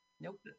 nope